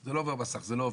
זה לא עובר מסך, זה לא עובד'.